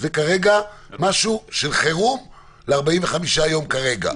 זה משהו של חירום ל-45 יום כרגע.